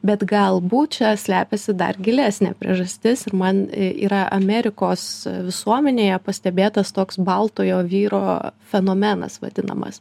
bet galbūt čia slepiasi dar gilesnė priežastis ir man yra amerikos visuomenėje pastebėtas toks baltojo vyro fenomenas vadinamas